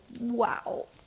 wow